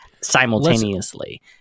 simultaneously